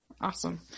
awesome